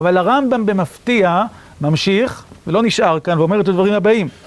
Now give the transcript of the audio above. אבל הרמב״ם במפתיע ממשיך ולא נשאר כאן ואומר את הדברים הבאים.